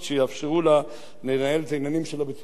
לה לנהל את העניינים שלה בצורה מושלמת.